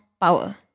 power